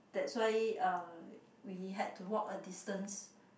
that's why uh we had to walk a distance